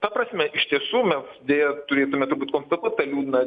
ta prasme iš tiesų mes deja turėtume turbūt konstatuot tą liūdną